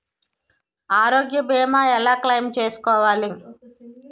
ఆరోగ్య భీమా ఎలా క్లైమ్ చేసుకోవాలి?